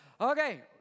Okay